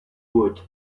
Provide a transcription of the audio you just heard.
would